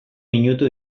minutu